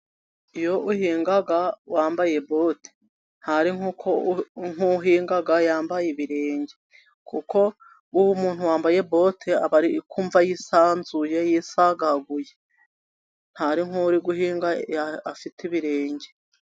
Iyo uhinga wambaye bote, ntabwo ari nkuhinga yambaye ibirenge, kuko uwo muntu wambaye bote aba ari kumva yisanzuye, yisagaguye, ntabwo ari nk'uri guhinga afite ibirenge.